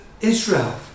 Israel